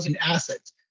assets